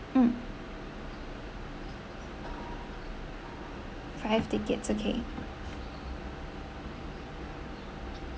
mm five tickets okay